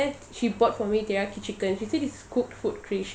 she bought for me teriyaki chicken she say this is cooked food krish